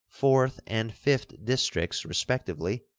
fourth, and fifth districts, respectively,